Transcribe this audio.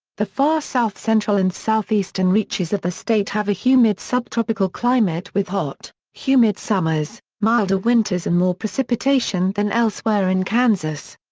the far south-central and southeastern reaches of the state have a humid subtropical climate with hot, humid summers, milder winters and more precipitation than elsewhere in kansas.